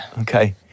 Okay